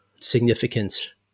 significance